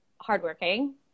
hardworking